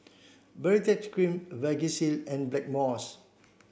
Baritex cream Vagisil and Blackmores